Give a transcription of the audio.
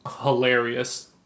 Hilarious